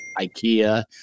Ikea